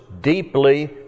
deeply